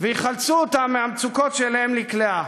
ויחלצו אותה מהמצוקות שאליהן נקלעה: